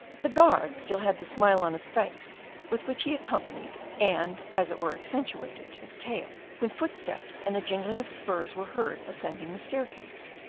the guard still had the smile on his face with which he accompanied and as it were accentuated his tale, when footsteps and a jingling of spurs were heard ascending the stair-case.